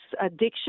addiction